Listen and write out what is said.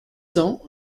cents